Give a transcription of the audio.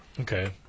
Okay